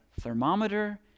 thermometer